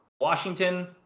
Washington